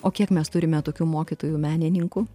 o kiek mes turime tokių mokytojų menininkų